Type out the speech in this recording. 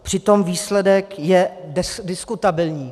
Přitom výsledek je diskutabilní.